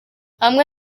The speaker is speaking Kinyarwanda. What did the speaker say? hamwe